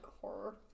horror